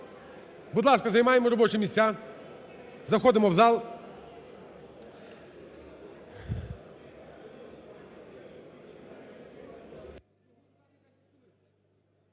Будь ласка, займаємо робочі місця, заходимо в зал.